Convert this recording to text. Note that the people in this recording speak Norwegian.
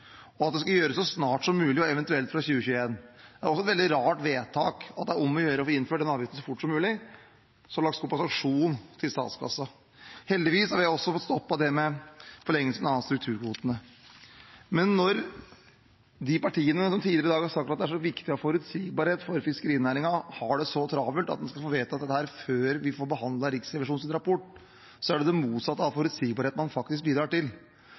det skal gjøres så snart som mulig, og eventuelt fra 2021. Det er også et veldig rart vedtak, at det er om å gjøre å få innført en avgift så fort som mulig, som en slags kompensasjon til statskassen. Heldigvis har vi fått stoppet forlengelsen av strukturkvotene. Men når de partiene som tidligere i dag har sagt at det er så viktig å ha forutsigbarhet for fiskerinæringen, har det så travelt med at en skal få vedtatt dette før vi får behandlet Riksrevisjonens rapport, så er det det motsatte av forutsigbarhet man faktisk bidrar til.